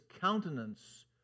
countenance